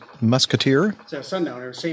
musketeer